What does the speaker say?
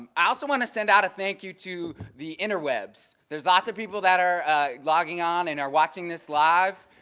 i also want to send out a thank you to the interwebs. there's lots of people that are logging on and are watching this live.